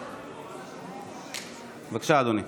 בבקשה, אדוני.